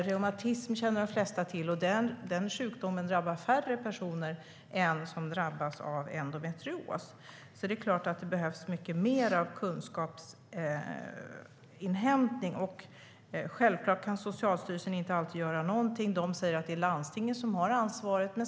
De flesta känner till reumatism, men färre personer drabbas av det än av endometrios. Därför behövs det mycket mer kunskapsinhämtning. Socialstyrelsen kan inte alltid göra något, och de säger att landstingen har ansvaret.